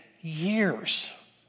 years